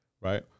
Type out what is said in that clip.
Right